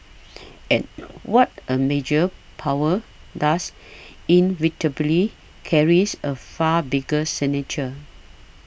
and what a major power does inevitably carries a far bigger signature